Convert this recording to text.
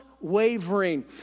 wavering